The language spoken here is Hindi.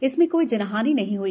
इसमे कोई जनहानि नही हुई